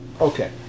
Okay